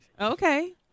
Okay